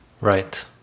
Right